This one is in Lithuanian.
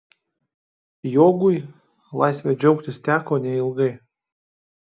jogui laisve džiaugtis teko neilgai